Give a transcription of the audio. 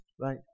right